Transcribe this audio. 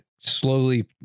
slowly